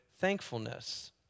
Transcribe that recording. thankfulness